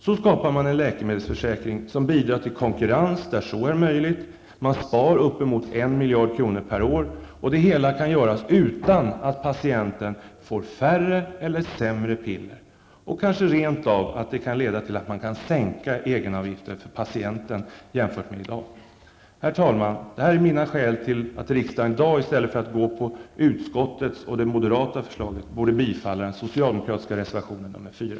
Så skapar man en läkemedelsförsärking som bidrar till konkurrens där så är möjligt, man sparar uppemot 1 miljard kronor per år, och det hela kan göras utan att patienten får färre eller sämre piller -- det kanske rent av kan leda till att man kan sänka egenavgiften för patienten jämfört med i dag. Herr talman! Detta är skälen till att jag anser att riksdagen i dag, i stället för att biträda utskottets och moderaternas förslag, borde bifalla den socialdemokratiska reservationen, nr 4.